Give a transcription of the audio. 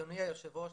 אדוני היושב ראש,